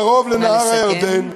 קרוב לנהר הירדן,